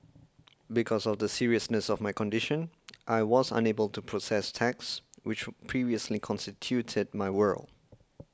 because of the seriousness of my condition I was unable to process text which previously constituted my world